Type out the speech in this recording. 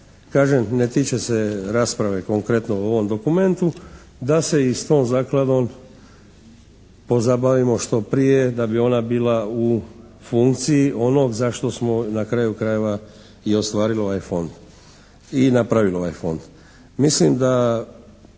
kažem ne tiče se rasprave konkretno o ovom dokumentu, da se i s tom zakladom pozabavimo što prije da bi ona bila u funkciji onog za što smo na kraju krajeva i ostvarili ovaj fond i napravili ovaj fond. Mislim da